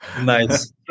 Nice